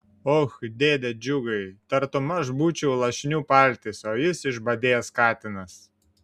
och dėde džiugai tartum aš būčiau lašinių paltis o jis išbadėjęs katinas